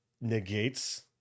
negates